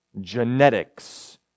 genetics